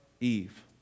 Eve